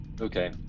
Okay